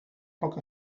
poc